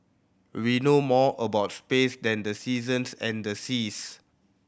we know more about space than the seasons and the seas